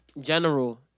general